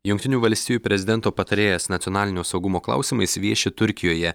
jungtinių valstijų prezidento patarėjas nacionalinio saugumo klausimais vieši turkijoje